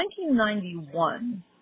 1991